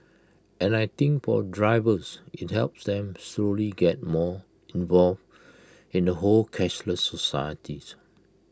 and I think for drivers IT helps them slowly get more involved in the whole cashless society